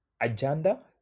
agenda